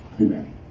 Amen